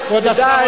כבוד השר,